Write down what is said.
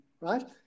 right